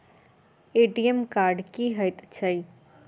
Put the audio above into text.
ATM card की हएत छै?